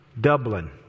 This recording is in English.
Dublin